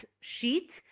sheet